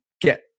get